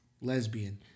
Lesbian